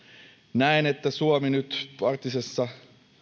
näen että suomi nyt johtoasemassa arktisessa